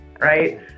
right